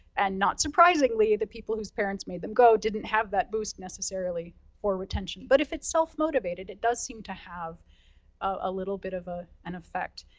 and not surprisingly, the people who's parents made them go didn't have that boost, necessarily, for retention. but, if it's self-motivated, it does seem to have a little bit of ah an effect.